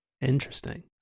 Interesting